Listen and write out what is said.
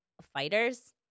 fighters